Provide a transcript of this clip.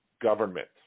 government